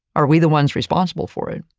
are we the ones responsible for it?